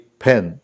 pen